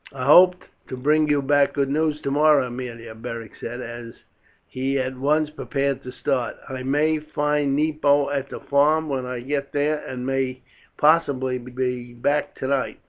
hope to bring you back good news tomorrow, aemilia, beric said as he at once prepared to start. i may find nepo at the farm when i get there and may possibly be back tonight,